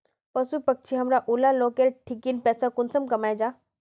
पशु पक्षी हमरा ऊला लोकेर ठिकिन पैसा कुंसम कमाया जा?